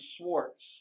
Swartz